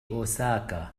أوساكا